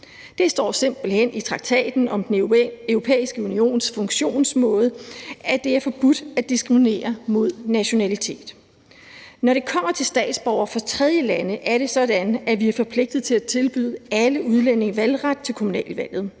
Det står simpelt hen i Traktaten om Den Europæiske Unions Funktionsmåde, at det er forbudt at diskriminere mod nationalitet. Når det kommer til statsborgere fra tredjelande, er det sådan, at vi er forpligtet til at tilbyde alle udlændinge valgret til kommunalvalg,